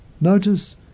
notice